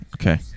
Okay